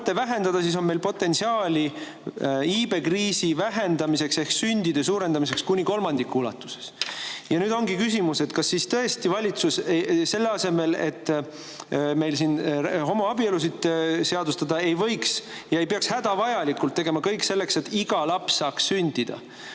vähendada, siis on meil potentsiaali iibekriisi vähendamiseks ja sündide [arvu] suurendamiseks kuni kolmandiku ulatuses. Ja nüüd ongi küsimus, kas tõesti valitsus selle asemel, et meil siin homoabielusid seadustada, ei peaks tegema kõik hädavajaliku selleks, et iga laps saaks sündida.